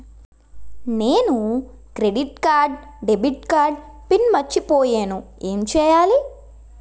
నేను credit card debit card PIN మర్చిపోయేను ఎం చెయ్యాలి?